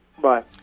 Bye